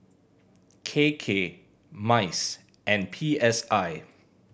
K K MICE and P S I